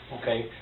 okay